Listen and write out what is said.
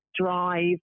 drive